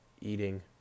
eating